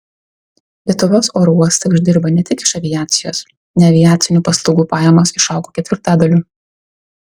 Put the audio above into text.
lietuvos oro uostai uždirba ne tik iš aviacijos neaviacinių paslaugų pajamos išaugo ketvirtadaliu